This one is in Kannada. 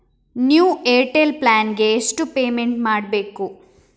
ನ್ಯೂ ಏರ್ಟೆಲ್ ಪ್ಲಾನ್ ಗೆ ಎಷ್ಟು ಪೇಮೆಂಟ್ ಮಾಡ್ಬೇಕು?